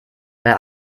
bei